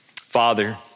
Father